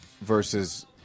versus